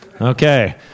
Okay